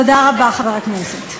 תודה רבה, חבר הכנסת.